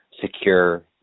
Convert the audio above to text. secure